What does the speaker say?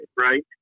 Right